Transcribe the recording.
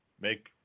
make